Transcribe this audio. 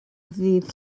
ddydd